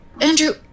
Andrew